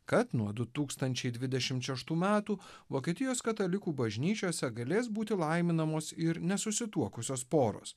kad nuo du tūkstančiai dvidešim šeštų metų vokietijos katalikų bažnyčiose galės būti laiminamos ir nesusituokusios poros